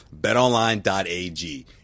betonline.ag